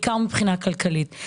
בעיקר מבחינה כלכלית.